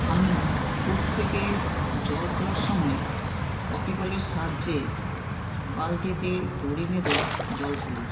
আমি কূপ থেকে জল তোলার সময় কপিকলের সাহায্যে বালতিতে দড়ি বেঁধে জল তুলি